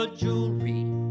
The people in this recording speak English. jewelry